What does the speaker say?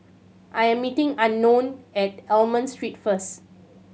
I'm meeting Unknown at Almond Street first